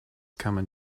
coming